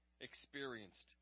experienced